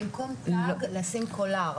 לא, היא אומרת - במקום תג, לשים קולר.